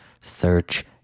search